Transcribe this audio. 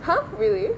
!huh! really